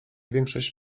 większość